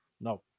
No